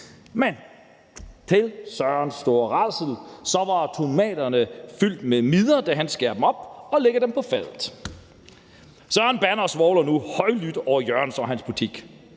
men til Sørens store rædsel var tomaterne fyldt med mider, da han skar dem op og lagde dem på fadet. Søren bander og svovler nu højlydt over Jørgen og hans butik.